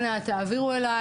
אנא העבירו אלי.